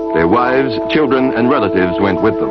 their wives, children and relatives went with